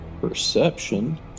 Perception